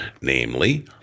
Namely